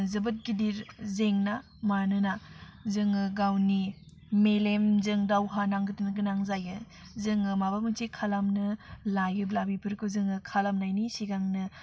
जोबोद गिदिर जेंना मानोना जोङो गावनि मेलेमजों दावहा नांगोरनो गोनां जायो जोङो माबा मोनसे खालामनो लायोब्ला बिफोरखौ जोङो खालामनायनि सिगांनो